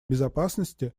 безопасности